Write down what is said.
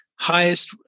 highest